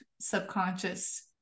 subconscious